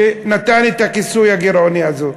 שנתן את הכיסוי הגירעוני הזה.